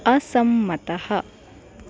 असम्मतः